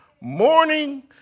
morning